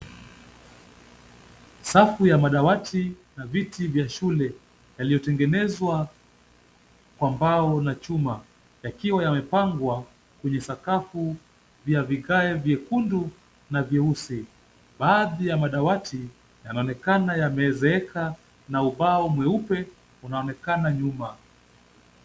Safu ya madawati na viti vya shule yaliyotengenezwa kwa mbao na chuma, yakiwa yamepangwa kwenye sakafu ya vigae vyekundu na vyeusi . Baadhi ya madawati yanaonekana yamezeeka na ubao mweupe unaonekana nyuma